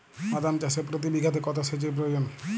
বাদাম চাষে প্রতি বিঘাতে কত সেচের প্রয়োজন?